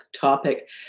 topic